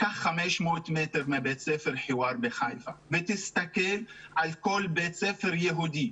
קח 500 מטר מבית ספר חיוואר בחיפה ותסתכל על כל בית ספר יהודי.